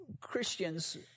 Christians